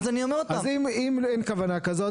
אז אם אין כוונה כזאת,